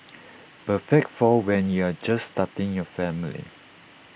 perfect for when you're just starting your family